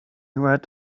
read